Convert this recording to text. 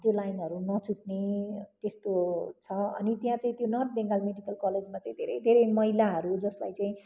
त्यो लाइनहरू नछुट्ने यस्तो छ अनि त्यहाँ चाहिँ त्यहाँ नर्थ बेङ्गल मेडिकल कलेजमा चाहिँ धेरै धेरै मैलाहरू जसलाई चाहिँ